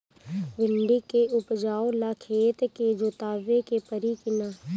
भिंदी के उपजाव ला खेत के जोतावे के परी कि ना?